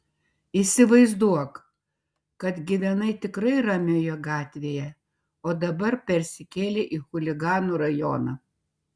įsivaizduok kad gyvenai tikrai ramioje gatvėje o dabar persikėlei į chuliganų rajoną